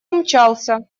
умчался